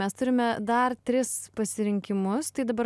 mes turime dar tris pasirinkimus tai dabar